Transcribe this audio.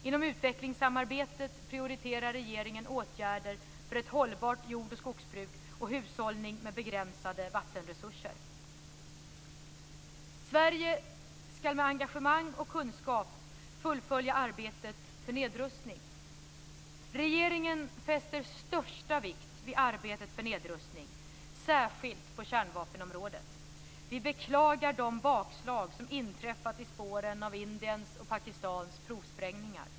Inom utvecklingssamarbetet prioriterar regeringen åtgärder för ett hållbart jord och skogsbruk och hushållning med begränsade vattenresurser. Sverige ska med engagemang och kunskap fullfölja arbetet för nedrustning. Regeringen fäster största vikt vid arbetet för nedrustning, särskilt på kärnvapenområdet. Vi beklagar de bakslag som inträffat i spåren av Indiens och Pakistans provsprängningar.